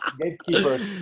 Gatekeepers